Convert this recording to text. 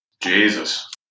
Jesus